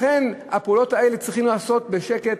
לכן את הפעולות האלה צריך לעשות בשקט,